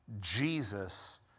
Jesus